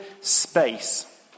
space